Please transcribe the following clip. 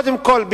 קודם כול,